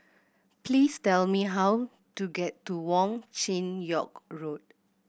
please tell me how to get to Wong Chin Yoke Road